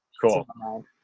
Cool